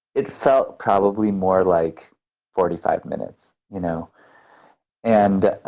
it felt probably more like forty five minutes. you know and